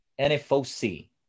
NFOC